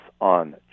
on